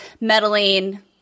meddling